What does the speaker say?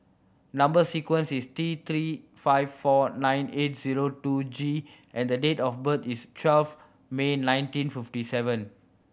number sequence is T Three five four nine eight zero two G and the date of birth is twelve May nineteen fifty seven